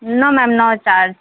no ma'am no charge